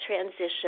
transition